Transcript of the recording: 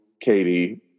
Katie